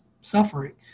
suffering